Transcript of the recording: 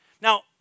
Now